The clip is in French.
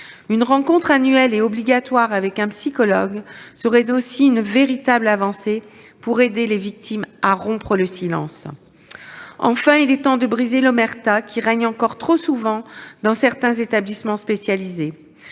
Une rencontre annuelle et obligatoire avec un psychologue constituerait aussi une véritable avancée pour aider les victimes à rompre le silence. Enfin, il est temps de briser l'omerta qui règne encore trop souvent dans certains établissements spécialisés.